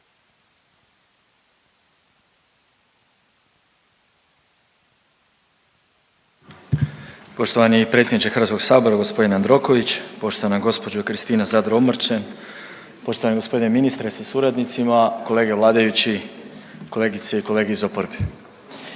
Poštovani predsjedniče HS g. Jandroković, poštovana gđo. Kristina Zadro Omrčen, poštovani g. ministre sa suradnicima, kolege vladajući, kolegice i kolege iz oporbe.